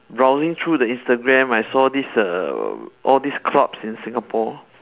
browsing through the instagram I saw this err all these clubs in singapore